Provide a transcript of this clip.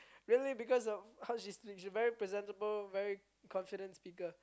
really because of how she speak she's very presentable very confident speaker